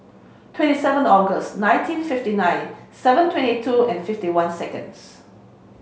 twenty seven August nineteen fifty nine seven twenty two and fifty one seconds